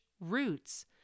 roots